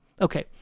Okay